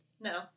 No